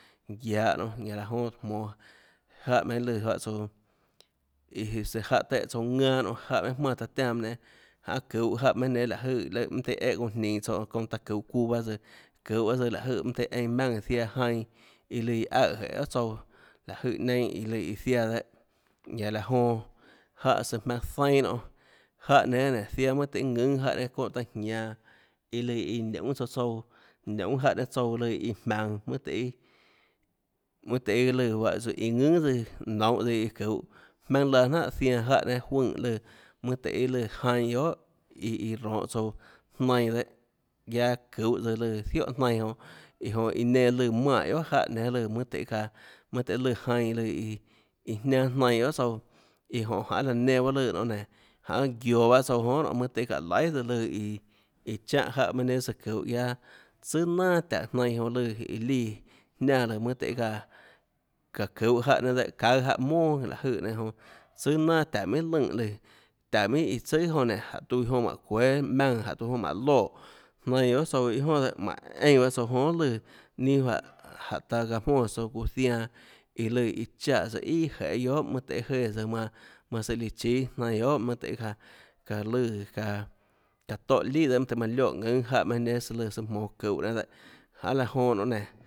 Guiahå nionê ñanã laå jonã jmonå jáhã meinhâ lùã juáhã tsouã iã jáhã téhã tsouã ðanâ jáhã minhâ jmánã taã tiánã nénâ janê çuhå nénâ láhå jøè lùã çounã eã çounã jninå tsouã çounã taã çuhå çuuã baâ tsøã çuhå baâ tsøã láhå jøè jmaùnã ziaã jainã iã lùã aøè jeê guiohà tsouã láh jøè neinâ iã lùã ziaã dehâ ñanã laå jonã jáhã søã jmaønã zainâ nonê jáhã nénâ nénå ziaã mønã tøhê ðùnâ jáhã nénâ çónhã taã jianå iã lùã iã niunê tsouã tsouã niunê jáhã nénâ tsouã lùã iã jmaønå mønâ lùã mønã tøhê lùã iâ juáhã iã ðùnà tsøã nounhå tsøã iã çuhå jmaønâ laã jnánhà zianã jáhã nénâ juøè lùã mønâ tøhê iâ lùã jainã guiohà iã iã ronhå tsouã jnainã dehâ guiaâ çuhå tsøã lùã zióhà jnainã jonã iã jonã iã nenã lùã manè guiohà jáhã nénâ lùã møâ tøhê çaã tøhê lùã jainã lùã iã jnianâ jnainã guiohà tsouã iã jonê janê laã nenã lùã nionê nénå guioå bahâ tsouã guiohà nionêmønâ tøhê çaã laihà tsøã lùã iã chánhã jáhã meinhâ nénâ søã çuhå guiaâ tsùà nanà taùå jnainã jonã lùã jonã líã jniánã mønâ tøhê çaã çáå çuhå jáhã nénâ dehâ çaùâ jáhã monà láhå jøè nenã jonã tsùà nanà taùå minhà lønè lùã taùå minhà iã tsùà jonã nénå jáhå tiuã iã jonã mánhå çuéâ jmaùnã jánhå tiuã iã jonã mánhå loè jnainã guiohà tsouã iâ jonà dehâ eínã bahâ tsouã jonã guiohà lùã ninâ juáhã jánhå taã çaã jmónã tsouã çuuã zianã iã lùã chaè tsøã íã jeê guiohà mønâ tøhê jéã tsøã manã manãsøã líã chíâ jnainã guiohà mønâ tøhê çaã lùã çaã çaã tóhã lià dehâ mønâ tøøhê lioè ðùnâ jáhã minhâ nénâ søã lùã ðuhå nénâ dehâ janê laã jonã nionê nénå